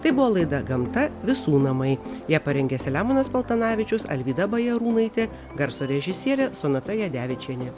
tai buvo laida gamta visų namai ją parengė selemonas paltanavičius alvyda bajarūnaitė garso režisierė sonata jadevičienė